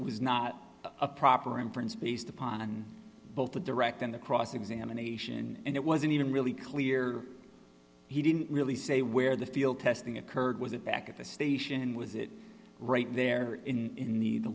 was not a proper inference based upon both the direct and the cross examination and it wasn't even really clear he didn't really say where the field testing occurred was it back at the station was it right there in the the